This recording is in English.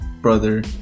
brother